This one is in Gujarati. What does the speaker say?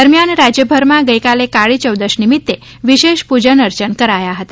દરમિયાન રાજયભરમાં ગઇકાલે કાળી ચૌદશ નિમિત્તે વિશેષ પુજન અર્ચન કરાયા હતા